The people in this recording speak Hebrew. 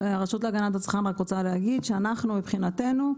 הרשות להגנת הצרכן רק רוצה להגיד שאנחנו מבחינתנו,